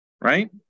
right